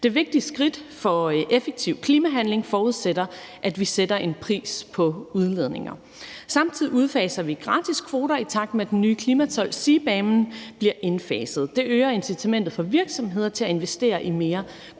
et vigtigt skridt, for effektiv klimahandling forudsætter, at vi sætter en pris på udledninger. Samtidig udfaser vi gratiskvoter, i takt med at den nye klimatold CBAM bliver indfaset. Det øger incitamentet for virksomheder til at investere i mere